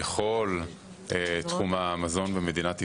לכל תחום המזון במדינת ישראל.